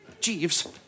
Jeeves